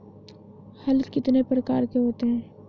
हल कितने प्रकार के होते हैं?